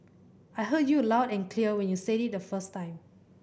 I heard you loud and clear when you said it the first time